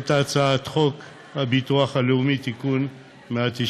את הצעת חוק הביטוח הלאומי (תיקון מס'